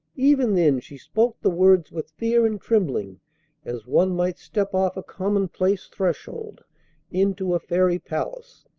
even then she spoke the words with fear and trembling as one might step off a commonplace threshold into a fairy palace,